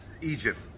Egypt